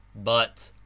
but,